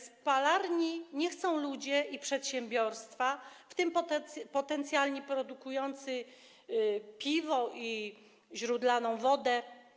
Spalarni nie chcą ludzie i przedsiębiorstwa, w tym potentaci produkujący piwo i źródlaną wodę.